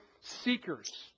seekers